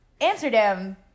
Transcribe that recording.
Amsterdam